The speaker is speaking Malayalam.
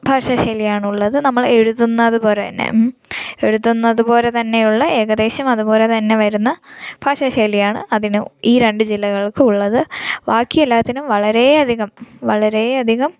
ഭാഷ ശൈലിയാണ് ഉള്ളത് നമ്മൾ എഴുതുന്നത് പോലെ തന്നെ എഴുതുന്നത് പോലെ തന്നെയുള്ള ഏകദേശം അതുപോലെ പോലെ തന്നെ വരുന്ന ഭാഷ ശൈലിയാണ് അതിന് ഈ രണ്ട് ജില്ലകൾക്കും ഉള്ളത് ബാക്കി എല്ലാത്തിനും വളരെയധികം വളരെയധികം